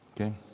Okay